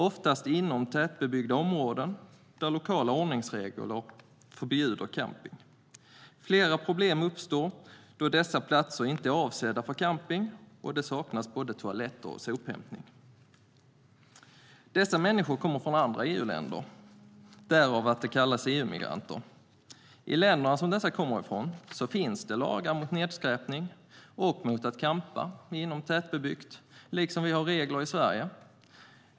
Oftast är det inom tätbebyggda områden, där lokala ordningsregler förbjuder camping. Flera problem uppstår då dessa platser inte är avsedda för camping och det saknas både toaletter och sophämtning. Dessa människor kommer från andra EU-länder - därför kallas de EU-migranter. I de länder som de kommer från finns det lagar mot nedskräpning och mot att campa inom tätbebyggda områden, liksom vi har regler i Sverige.